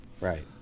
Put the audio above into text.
Right